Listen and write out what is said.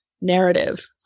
narrative